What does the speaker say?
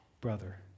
Brother